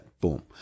boom